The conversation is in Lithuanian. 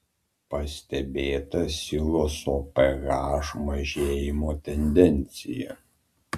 pastebėta siloso ph mažėjimo tendencija